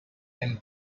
and